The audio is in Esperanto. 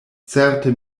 certe